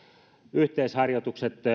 yhteisharjoituksia